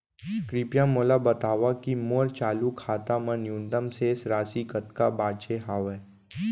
कृपया मोला बतावव की मोर चालू खाता मा न्यूनतम शेष राशि कतका बाचे हवे